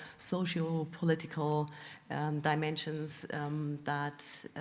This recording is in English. social political dimensions that